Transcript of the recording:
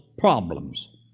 problems